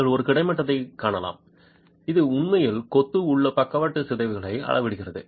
நீங்கள் ஒரு கிடைமட்டத்தைக் காணலாம் இது உண்மையில் கொத்து உள்ள பக்கவாட்டு சிதைவுகளை அளவிடுகிறது